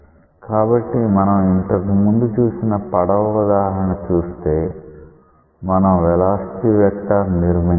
కాబట్టి మనం ఇంతకుముందు చూసిన పడవ ఉదాహరణ చూస్తే మనం వెలాసిటీ వెక్టార్ నిర్మించవచ్చు